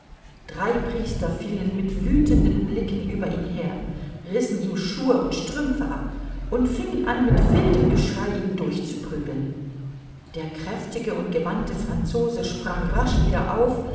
drei priester fielen mit wüthenden blicken über ihn her rissen ihm schuhe und strümpfe ab und singen an mit wildem geschrei ihn durchzuprügeln der kräftige und gewandte franzose sprang rasch wieder auf